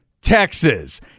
Texas